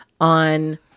on